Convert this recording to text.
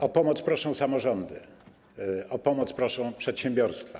O pomoc proszą samorządy, o pomoc proszą przedsiębiorstwa.